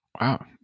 Wow